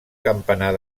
campanar